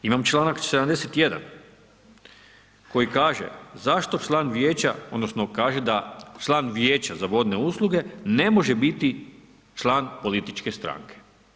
Imam članak 71. koji kaže: „Zašto član vijeća“ odnosno kaže da član Vijeća za vodne usluge ne može biti član političke stranke.